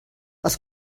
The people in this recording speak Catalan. els